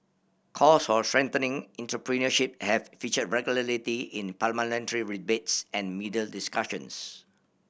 calls for strengthening entrepreneurship have featured regularly in parliamentary debates and media discussions